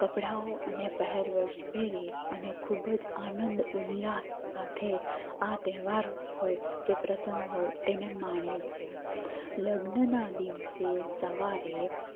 કપડાઓ અને પહેરવેશ પહેરી અને ખૂબ જ આનંદ ઉલ્લાસ સાથે આ તહેવાર હોય કે પ્રસંગ હોય તેને માણે છે લગ્નના દિવસે સવારે